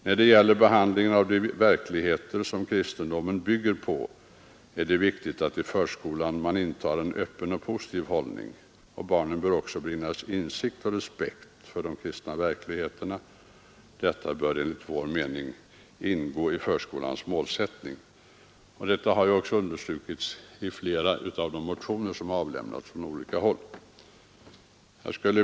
När det gäller behandlingen av de verkligheter, som kristendomen bygger på, är det viktigt att förskolan intar en öppen och positiv hållning. Barnen bör bibringas insikt i och respekt för de kristna verkligheterna. Detta bör enligt vår mening ingå i förskolans målsättning.” Detta har också understrukits i flera av de motioner som väckts från olika håll.